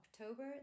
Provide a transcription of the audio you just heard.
October